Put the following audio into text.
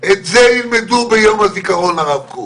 את זה ילמדו ביום הזיכרון לרב קוק.